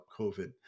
COVID